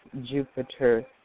Jupiter